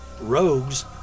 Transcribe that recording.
rogues